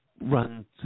run